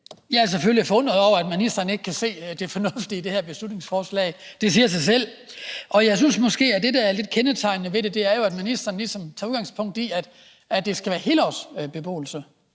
Jeg er selvfølgelig forundret over, at ministeren ikke kan se det fornuftige i det her beslutningsforslag, for det siger sig selv. Jeg synes måske, at det, der er lidt kendetegnende ved det, er, at ministeren ligesom tager udgangspunkt i, at det skal være helårsbeboelse.